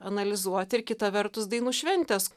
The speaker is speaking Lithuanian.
analizuoti ir kita vertus dainų šventės